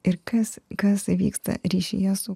ir kas kas vyksta ryšyje su